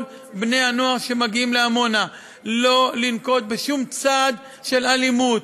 בני-הנוער שמגיעים לעמונה שלא לנקוט שום צעד של אלימות,